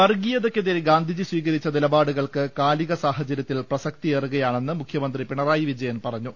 വർഗ്ഗീയതക്കെതിരെ ഗാന്ധിജി സ്വീകരിച്ച നിലപാടുകൾക്ക് കാലിക സാഹചരൃത്തിൽ പ്രസക്തി ഏറുകയാണെന്ന് മുഖൃമന്ത്രി പിണറായി വിജയൻ പറഞ്ഞു